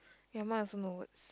ya mine also no words